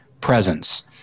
presence